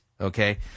Okay